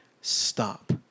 stop